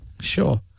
Sure